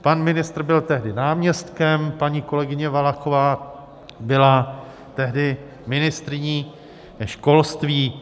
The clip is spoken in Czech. Pan ministr byl tehdy náměstkem, paní kolegyně Valachová byla tehdy ministryní školství.